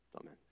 Amen